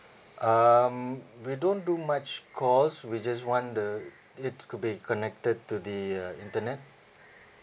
um we don't do much cost we just want the it to to be connected to the uh internet